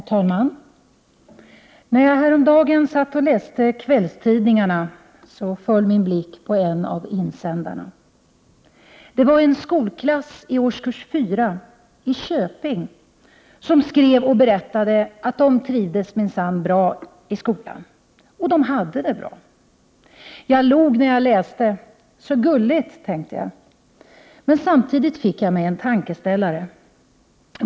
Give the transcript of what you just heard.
Herr talman! När jag häromdagen satt och läste kvällstidningarna föll blicken på en insändare. Det var elever i en skolklass i årskurs 4i Köping som skrev och berättade att de minsann trivdes i skolan och att de hade det bra. Jag log när jag läste detta. Så gulligt, tänkte jag. Men samtidigt fick jag mig en tankeställare.